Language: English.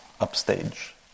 upstage